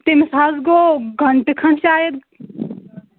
تٔمِس حظ گوٚو گَنٹہٕ کھنٛڈ شاید